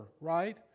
right